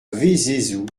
vézézoux